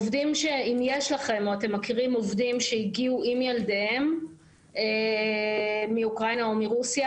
שאם יש לכם ואתם מכירים עובדים שהגיעו עם ילדיהם מאוקראינה או מרוסיה,